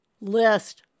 list